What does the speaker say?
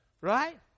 Right